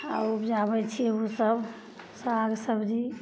आओर उपजाबै छिए ओसब साग सबजी